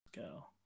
Go